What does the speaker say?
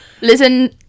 listen